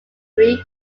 greek